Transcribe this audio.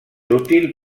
útil